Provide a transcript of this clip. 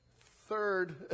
Third